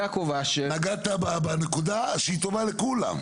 יעקב אשר --- נגעת בנקודה שהיא טובה לכולם.